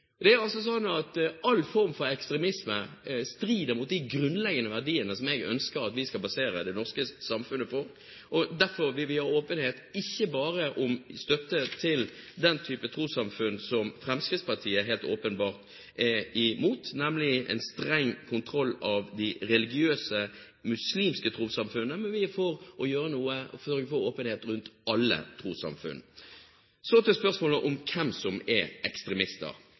Det er altså slik at all form for ekstremisme strider imot de grunnleggende verdiene som jeg ønsker at vi skal basere det norske samfunnet på. Derfor vil vi ha åpenhet ikke bare om støtte til den type trossamfunn som Fremskrittspartiet helt åpenbart er imot, nemlig en streng kontroll av de religiøse muslimske trossamfunnene, men vi er for å gjøre noe og sørge for åpenhet rundt alle trossamfunn. Så til spørsmålet om hvem som er ekstremister.